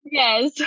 yes